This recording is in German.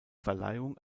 verleihung